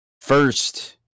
first